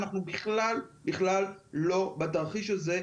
אנחנו בכלל לא בתרחיש הזה.